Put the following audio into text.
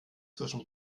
zwischen